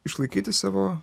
išlaikyti savo